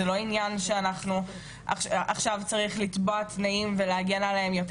זה לא עניין שאנחנו עכשיו צריכים לתבוע תנאים ולהגן עליהן יותר.